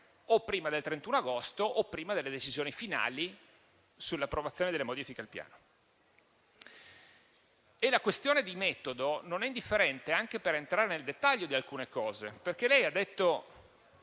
o prima del 31 agosto, o prima delle decisioni finali sull'approvazione delle modifiche al Piano. La questione di metodo non è indifferente, anche per entrare nel dettaglio di alcune cose. Lei ha detto